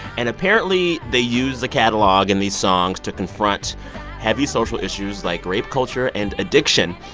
and apparently, they use the catalog in these songs to confront heavy social issues like rape culture and addiction.